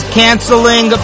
canceling